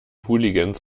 hooligans